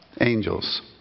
angels